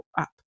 up